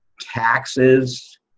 taxes